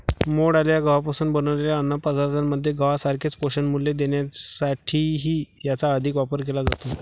मोड आलेल्या गव्हापासून बनवलेल्या अन्नपदार्थांमध्ये गव्हासारखेच पोषणमूल्य देण्यासाठीही याचा अधिक वापर केला जातो